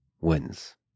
wins